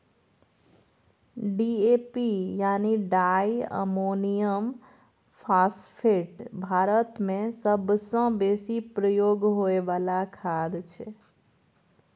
DAP यानी di ammonium phosphate भारतमे सबसँ बेसी प्रयोग होइ बला खाद छै